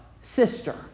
Sister